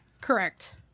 Correct